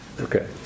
Okay